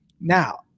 Now